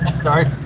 sorry